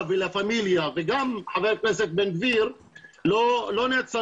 ולה פמיליה וגם חבר הכנסת בן גביר לא נעצרים,